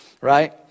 right